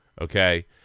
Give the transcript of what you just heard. okay